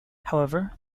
however